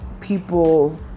people